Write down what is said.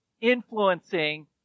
influencing